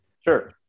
sure